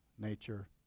nature